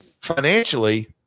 financially